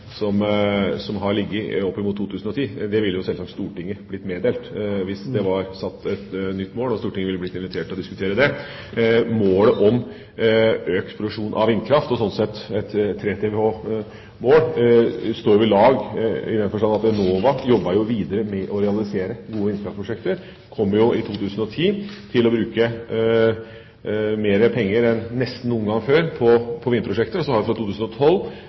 har ligget opp mot 2010. Stortinget ville sjølsagt blitt meddelt det hvis det var satt et nytt mål, og Stortinget ville blitt invitert til å diskutere det. Målet om økt produksjon av vindkraft, og sånn sett målet om 3 TWh, står ved lag, i den forstand at Enova jobber videre med å realisere gode vindkraftprosjekter og kommer i 2010 til å bruke mer penger på vindkraftprosjekter enn nesten noen gang før. Vi får fra 2012 et markedsbasert støttesystem gjennom grønne sertifikater. Så må vi